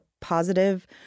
positive